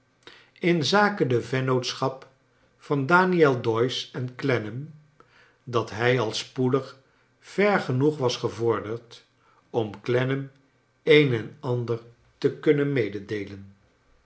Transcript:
in zake de vennootschap van daniel doyce en clennam dat hij al spoedig ver genoeg was gevorderd om clennam een en ander te kunnen meedeelen